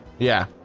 yeah